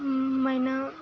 मैना